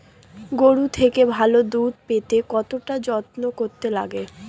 গরুর থেকে ভালো দুধ পেতে কতটা যত্ন করতে লাগে